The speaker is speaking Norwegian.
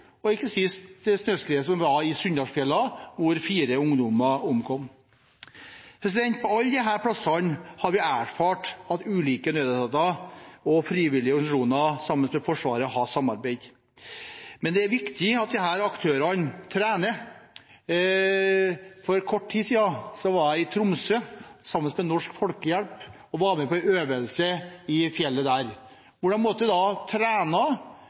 var ikke minst samarbeid under de tre store brannene – i Lærdal, i Flatanger og på Frøya. Vi har også sett det i vinter ved flere snøskred – sist ved snøskredet som fant sted i Sunndalsfjellene, hvor fire ungdommer omkom. På alle disse stedene har vi erfart at ulike nødetater, frivillige organisasjoner og Forsvaret har samarbeidet. Men det er viktig at disse aktørene trener. For kort tid siden var jeg i Tromsø sammen med Norsk Folkehjelp og var